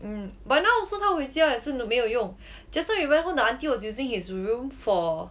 mm but now also 他回家也真的没有用 just now we went home the auntie was using his room for